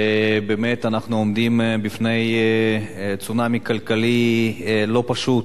ובאמת אנחנו עומדים בפני צונאמי כלכלי לא פשוט,